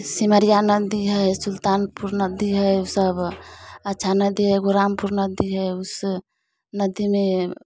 सिमरिया नदी है सुल्तानपुर नदी है ऊ सब अच्छा नदी है एगो रामपुर नदी है उस नदी में